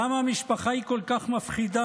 למה המשפחה היא כל כך מפחידה?